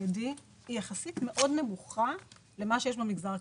החרדי היא יחסית נמוכה לעומת מה שיש במגזר הכללי.